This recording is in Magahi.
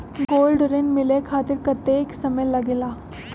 गोल्ड ऋण मिले खातीर कतेइक समय लगेला?